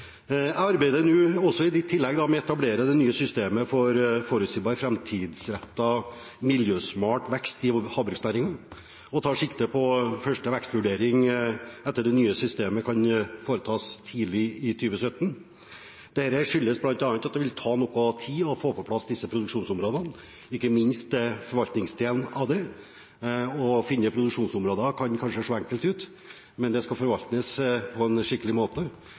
de premissene og bygger på den fordelingen som Stortinget har lagt til grunn. Jeg arbeider i tillegg nå med å etablere det nye systemet for forutsigbar, framtidsrettet og miljøsmart vekst i havbruksnæringen og tar sikte på at første vekstvurdering etter det nye systemet vil kunne foretas tidlig i 2017. Dette skyldes bl.a. at det vil ta noe tid å få på plass disse produksjonsområdene, ikke minst forvaltningsdelen av det. Å finne produksjonsområder kan kanskje se enkelt ut, men det skal